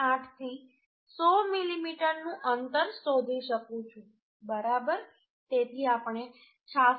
8 થી 100 મીમી નું અંતર શોધી શકું છું બરાબર તેથી આપણે 66